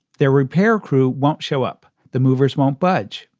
their repair crew won't show up. the movers won't budge.